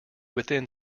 within